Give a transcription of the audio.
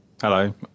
Hello